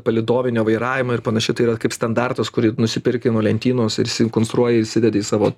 palydovinio vairavimo ir panašiai tai yra kaip standartas kurį nusiperki nuo lentynos ir įsikonstruoji įsidedi į savo